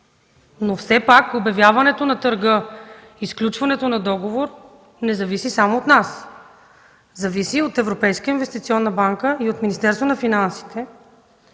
Но все пак обявяването на търга и сключването на договор не зависи само от нас, зависи от Европейската инвестиционна банка и от Министерството на финансите,